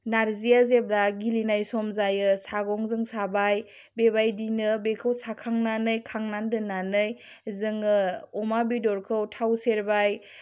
नार्जिया जेब्ला गिलिनाय सम जायो सागंजों साबाय बेबायदिनो बेखौ साखांनानै खांनानै दोननानै जोङो अमा बेदरखौ थाव सेरबाय